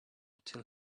till